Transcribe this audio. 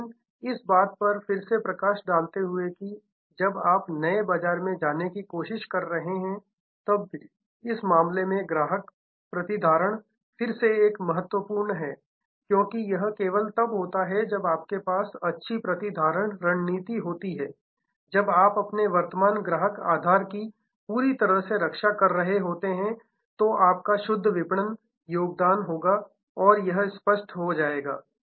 लेकिन इस बात पर फिर से प्रकाश डालते हुए कि जब आप नए बाजार में जाने की कोशिश कर रहे हों तब भी इस मामले में ग्राहक प्रतिधारण फिर से एक महत्वपूर्ण है क्योंकि यह केवल तब होता है जब आपके पास अच्छी प्रतिधारण रणनीति होती है जब आप अपने वर्तमान ग्राहक आधार की पूरी तरह से रक्षा कर रहे होते हैं तो आपका शुद्ध विपणन योगदान होगा यह स्पष्ट हो जाएगा